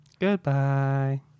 Goodbye